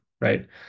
right